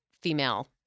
female